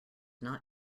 not